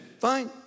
fine